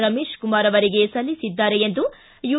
ರಮೇಶ್ ಕುಮಾರ್ ಅವರಿಗೆ ಸಲ್ಲಿಸಿದ್ದಾರೆ ಎಂದು ಯು